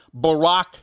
Barack